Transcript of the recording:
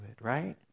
right